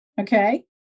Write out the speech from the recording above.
Okay